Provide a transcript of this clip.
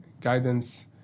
guidance